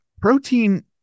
protein